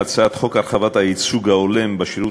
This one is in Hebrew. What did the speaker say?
הצעת חוק הרחבת הייצוג ההולם בשירות